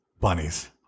Bunnies